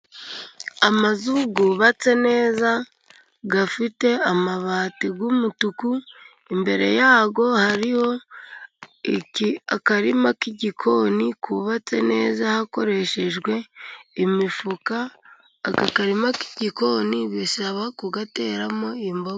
Amazu yubatse neza, afite amabati y'umutuku, imbere yayo hariho akarima k'igikoni kubatse neza hakoreshejwe imifuka, aka karima k'igikoni bisaba kugateramo imboga.